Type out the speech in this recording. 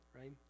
right